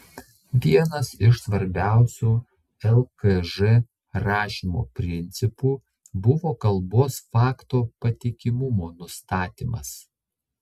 vienas iš svarbiausių lkž rašymo principų buvo kalbos fakto patikimumo nustatymas